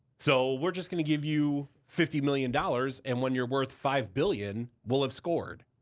so we're just gonna give you fifty million dollars, and when you're worth five billion, we'll have scored.